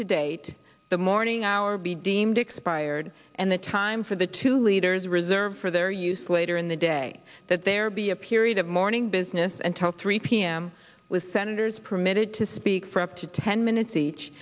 to date the morning hour be deemed expired and the time for the two leaders reserved for their use later in the day that there be a period of morning business and till three p m with senators permitted to speak for up to ten minutes each